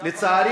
לצערי,